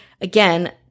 again